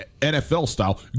NFL-style